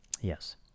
Yes